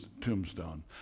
tombstone